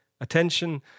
Attention